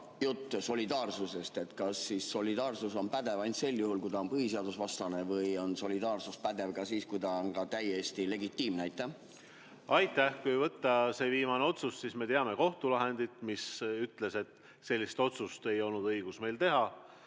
juttu solidaarsusest. Kas solidaarsus on pädev ainult sel juhul, kui see on põhiseadusvastane või on solidaarsus pädev ka siis, kui see on täiesti legitiimne? Aitäh! Kui võtta see viimane otsus, siis me teame kohtulahendit, mis ütles, et sellist otsust ei olnud õigus teha,